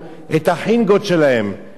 זה נקרא חגיגת סוף-שנה.